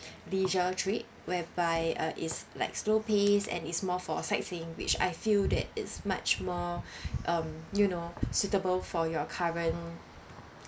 leisure trip whereby uh is like slow pace and is more for sightseeing which I feel that it's much more um you know suitable for your current